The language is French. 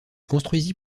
construisit